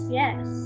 yes